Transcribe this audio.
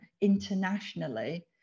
internationally